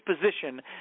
position